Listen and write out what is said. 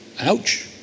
Ouch